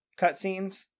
cutscenes